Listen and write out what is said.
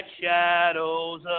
shadows